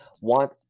want